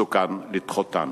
מסוכן לדחותן.